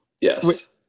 Yes